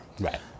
Right